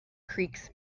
creaks